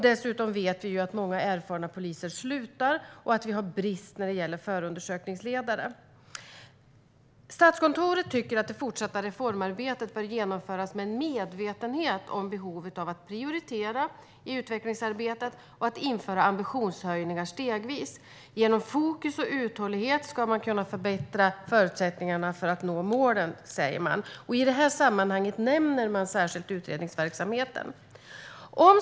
Dessutom vet vi att många erfarna poliser slutar och att vi har brist på förundersökningsledare. Statskontoret tycker att det fortsatta reformarbetet "bör genomföras med en medvetenhet om behovet av att prioritera i utvecklingsarbetet och att införa ambitionshöjningar stegvis. Genom fokus och uthållighet förbättras förutsättningarna att på sikt nå målen för omorganisationen", säger man. I det sammanhanget nämner man särskilt utredningsverksamheten.